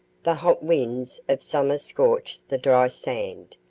the hot winds of summer scorch the dry sand,